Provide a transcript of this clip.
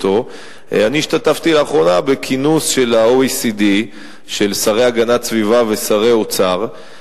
אני השתתפתי לאחרונה בכינוס של ה-OECD של שרי הגנת הסביבה ושרי אוצר,